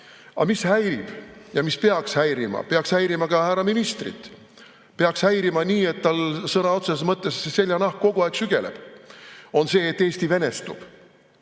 Aga mis häirib ja mis peaks häirima – peaks häirima ka härra ministrit, peaks häirima nii, et tal sõna otseses mõttes seljanahk kogu aeg sügeleb –, on see, et Eesti venestub,